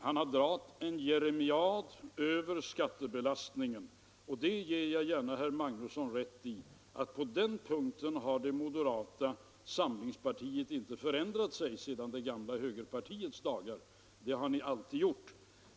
Han har dragit en jeremiad över skattebelastningen, och jag ger honom gärna rätt i att på den punkten har moderata samlingspartiet inte förändrat sig från det gamla högerpartiets dagar, utan så har ni alltid gjort.